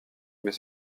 mais